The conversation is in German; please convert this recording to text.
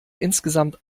insgesamt